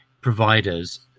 providers